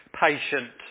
patient